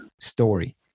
story